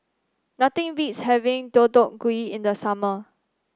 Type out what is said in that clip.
nothing beats having Deodeok Gui in the summer